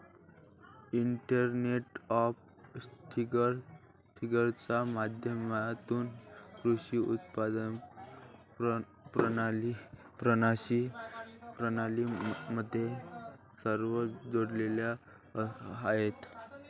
internet of थिंग्जच्या माध्यमातून कृषी उत्पादन प्रणाली मध्ये सर्व जोडलेले आहेत